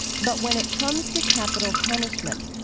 but when it comes to capital punishment,